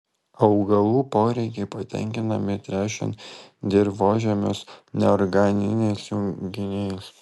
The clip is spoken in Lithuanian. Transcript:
augalų poreikiai patenkinami tręšiant dirvožemius neorganiniais junginiais